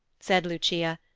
said lucia,